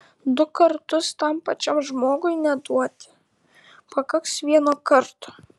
du kartus tam pačiam žmogui neduoti pakaks vieno karto